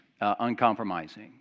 uncompromising